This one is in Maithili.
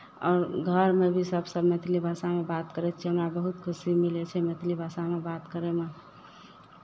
आओर घरमे भी सभसँ मैथिली भाषामे बात करै छियै हमरा बहुत खुशी मिलै छै मैथिली भाषामे बात करयमे